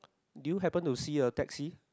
do you happen to see a taxi